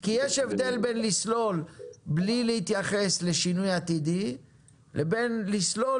כי יש הבדל בין לסלול בלי להתייחס לשינוי עתידי לבין לסלול